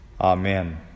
Amen